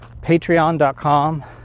patreon.com